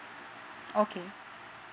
okay